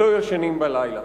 לא ישנים בלילה.